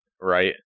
Right